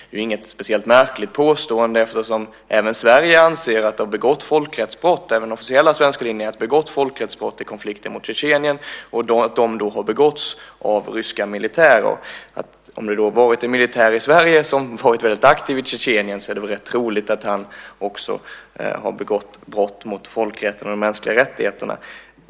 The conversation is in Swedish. Det är inget speciellt märkligt påstående eftersom även den officiella svenska linjen är att det har begåtts folkrättsbrott i konflikten med Tjetjenien och att de har begåtts av ryska militärer. Om det då har varit en militär i Sverige som varit väldigt aktiv i Tjetjenien är det väl rätt troligt att han också har begått brott mot folkrätten och de mänskliga rättigheterna.